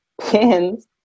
pins